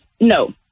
No